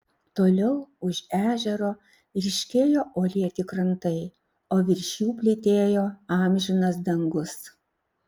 toliau už ežero ryškėjo uolėti krantai o virš jų plytėjo amžinas dangus